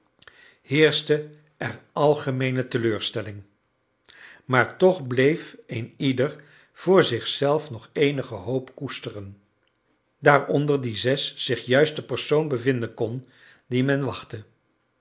heerschte er algemeene teleurstelling maar toch bleef een ieder voor zichzelf nog eenige hoop koesteren daaronder die zes zich juist de persoon bevinden kon dien men wachtte